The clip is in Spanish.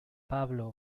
pablo